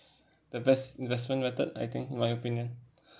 the best investment method I think my opinion